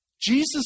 Jesus